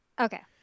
Okay